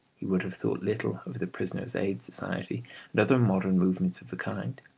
he would have thought little of the prisoners' aid society and other modern movements of the kind.